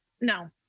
no